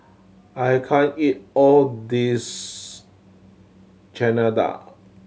I can't eat all this Chana Dal